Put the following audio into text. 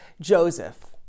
Joseph